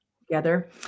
Together